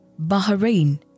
Bahrain